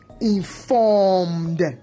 informed